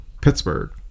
Pittsburgh